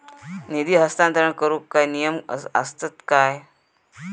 निधी हस्तांतरण करूक काय नियम असतत काय?